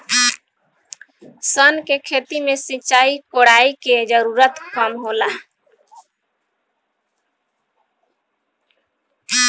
सन के खेती में सिंचाई, कोड़ाई के जरूरत कम होला